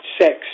sex